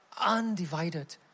undivided